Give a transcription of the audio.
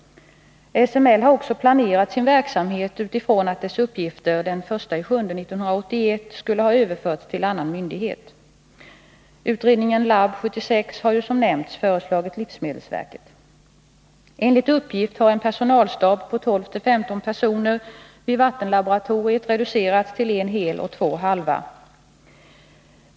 SML har också planerat sin verksamhet utifrån att dess uppgifter den 1 juli 1981 skulle ha överförts till annan myndighet. Utredningen LAB 76 har ju som nämnts föreslagits livsmedelsverket. Enligt uppgift har en personalstab på 12-15 personer vid vattenlaboratoriet reducerats till en hel och två halva.